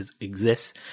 exists